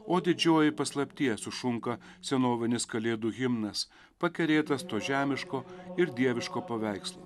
o didžioji paslaptie sušunka senovinis kalėdų himnas pakerėtas to žemiško ir dieviško paveikslo